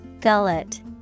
Gullet